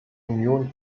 union